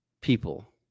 people